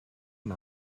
and